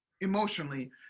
emotionally